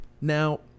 Now